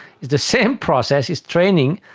it's the same process, it's training,